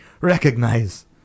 recognize